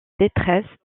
détresse